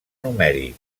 numèric